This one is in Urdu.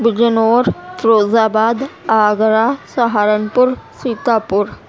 بجنور فیروز آباد آگرہ سہارن پور سیتا پور